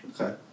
Okay